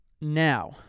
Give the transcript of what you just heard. Now